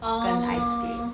orh